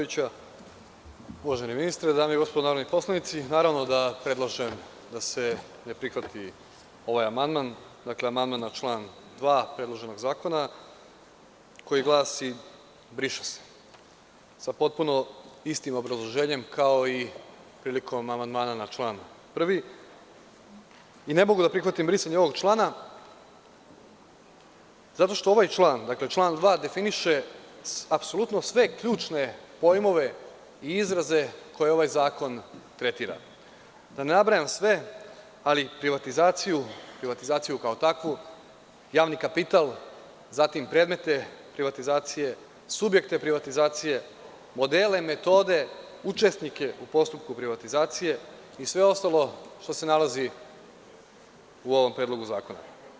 Uvaženi ministre, dame i gospodo narodni poslanici, predlažem da se ne prihvati ovaj amandman na član 2. predloženog zakona koji glasi – briše se, sa potpuno istim obrazloženjem, kao i prilikom amandmana na član 1. Ne mogu da prihvatim brisanje ovog člana, zato što ovaj član 2. definiše apsolutno sve ključne pojmove i izraze koje ovaj zakon tretira, da ne nabrajam sve, ali privatizaciju kao takvu, javni kapital, zatim predmete privatizacije, subjekte privatizacije, modele, metode, učesnike u postupku privatizacije i sve ostalo što se nalazi u ovom predlogu zakona.